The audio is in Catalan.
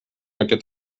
aquest